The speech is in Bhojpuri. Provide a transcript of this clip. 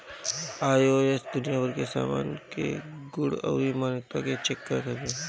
आई.एस.ओ दुनिया भर के सामान के गुण अउरी मानकता के चेक करत हवे